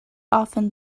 often